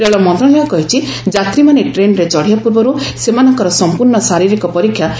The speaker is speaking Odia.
ରେଳ ମନ୍ତ୍ରଣାଳୟ କହିଛି ଯାତ୍ରୀମାନେ ଟ୍ରେନ୍ରେ ଚଢ଼ିବା ପୂର୍ବରୁ ସେମାନଙ୍କର ସମ୍ପର୍ଶ୍ଣ ଶାରୀରିକ ପରୀକ୍ଷା କରାଯାଉଛି